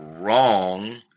wrong